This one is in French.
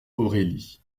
aurélie